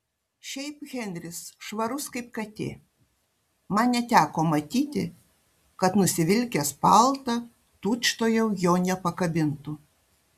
šiaip henris švarus kaip katė man neteko matyti kad nusivilkęs paltą tučtuojau jo nepakabintų